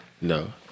No